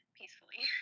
peacefully